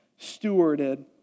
stewarded